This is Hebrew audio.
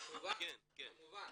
כמובן.